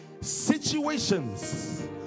situations